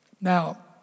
Now